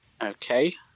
Okay